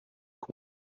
comte